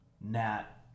Nat